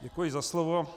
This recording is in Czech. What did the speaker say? Děkuji za slovo.